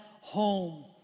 home